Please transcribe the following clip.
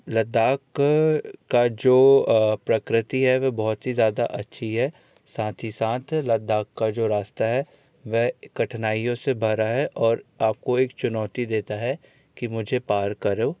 लद्दाख का जो प्रकृति है वे बहुत ही ज़्यादा अच्छी है साथ ही साथ लद्दाख का जो रास्ता है वह कठिनाइयों से भरा है और आपको एक चुनौती देता हैं कि मुझे पार करो